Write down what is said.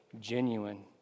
genuine